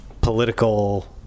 political